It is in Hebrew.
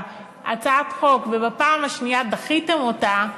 הצעת חוק ובפעם השנייה דחיתם אותה,